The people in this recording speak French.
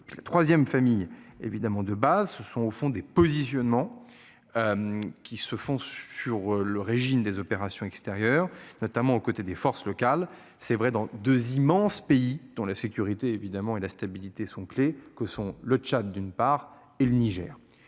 l'heure 3ème famille évidemment de base, ce sont au fond des positionnements. Qui se font sur le régime des opérations extérieures, notamment aux côtés des forces locales. C'est vrai dans deux immenses pays dont la sécurité évidemment et la stabilité sont clés que sont le Tchad d'une part et le Niger.